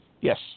Yes